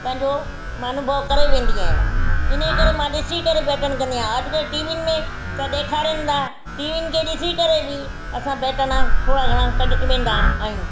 पंहिंजो अनुभव करे वेंदी आहियां इन्हीअ करे मां ॾिसी करे पेटर्न कंदी आहे अॼुकल्ह टीवीनि में त ॾेखारिनि था टीवीनि खे ॾिसी करे बि सभु पेटर्न थोरा घणा कढी वेंदा आहियूं